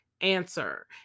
answer